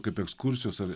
kaip ekskursijos ar